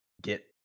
get